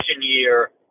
year